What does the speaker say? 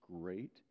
great